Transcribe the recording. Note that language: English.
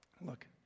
Look